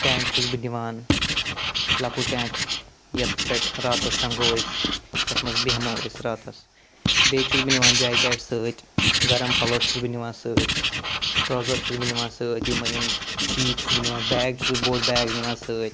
tent چھُس بہٕ نِوان لۄکُٹ ٹیٚنٛٹ یَتھ پٮ۪ٹھ راتَس شۄنگَو أسۍ یَتھ منٛز بیٚہمو أسۍ راتَس بیٚیہِ چھُس بہٕ نِوان جایکیٚٹ سۭتۍ گَرٕم پَلو چھُس بہٕ نِوان سۭتۍ ٹرٛاوزَر چھُس بہٕ نِوان سۭتۍ یِمٔے یِم چیٖز چھُس بہٕ نِوان بیگ چھُس بہٕ بوٚڈ بیگ نِوان سۭتۍ